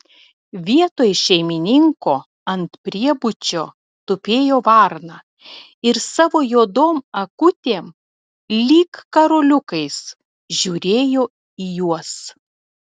vietoj šeimininko ant priebučio tupėjo varna ir savo juodom akutėm lyg karoliukais žiūrėjo į juos